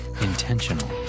intentional